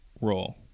role